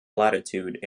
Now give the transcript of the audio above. latitude